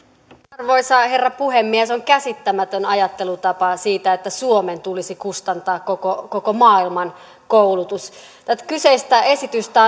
arvoisa herra puhemies on käsittämätön ajattelutapa että suomen tulisi kustantaa koko koko maailman koulutus tätä kyseistä esitystä